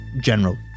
general